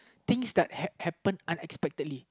things that happen unexpectedly